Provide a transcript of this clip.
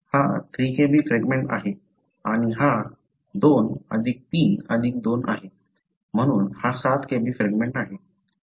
हा 3Kb fragment आहे आणि हा 2 3 2 आहे म्हणून हा 7 Kb फ्रॅगमेंट आहे